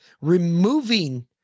removing